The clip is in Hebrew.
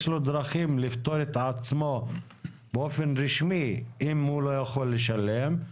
יש לו דרכים לפטור את עצמו באופן רשמי אם הוא לא יכול לשלם.